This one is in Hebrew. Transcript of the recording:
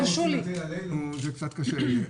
תרשו לי --- הכול להטיל עלינו זה קצת קשה לי.